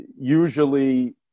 Usually